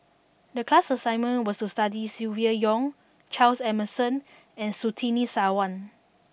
The class assignment was to study about Silvia Yong Charles Emmerson and Surtini Sarwan